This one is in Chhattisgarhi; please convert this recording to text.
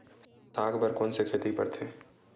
साग बर कोन से खेती परथे?